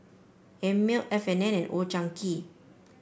Einmilk F And N and Old Chang Kee